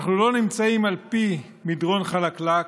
אנחנו לא נמצאים על פי מדרון חלקלק.